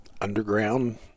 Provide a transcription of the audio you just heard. underground